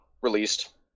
released